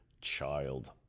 child